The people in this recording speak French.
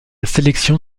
sélection